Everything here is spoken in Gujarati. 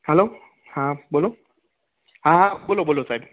હલો હા બોલો હા હા બોલો બોલો સાહેબ